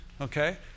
Okay